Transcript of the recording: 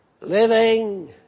Living